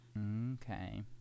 Okay